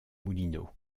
moulineaux